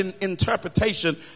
interpretation